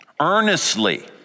earnestly